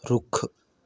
ਰੁੱਖ